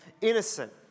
innocent